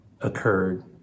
occurred